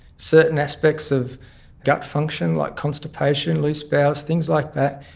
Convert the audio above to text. certain aspects of gut function like constipation, loose bowels, things like that,